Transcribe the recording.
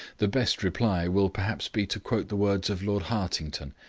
the best reply will perhaps be to quote the words of lord hartington,